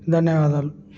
ధన్యవాదాలు